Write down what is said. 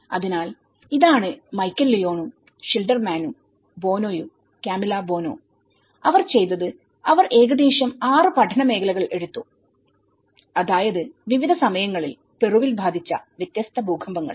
അതിനാൽ ഇതാണ് മൈക്കൽ ലിയോണുംഷിൽഡർമാനും ബോനോയും കാമിലോ ബോനോഅവർ ചെയ്തത് അവർ ഏകദേശം 6 പഠന മേഖലകൾ എടുത്തു അതായത് വിവിധ സമയങ്ങളിൽ പെറുവിൽ ബാധിച്ച വ്യത്യസ്ത ഭൂകമ്പങ്ങൾ